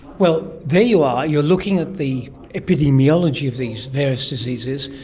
well, there you are, you are looking at the epidemiology of these various diseases,